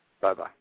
Bye-bye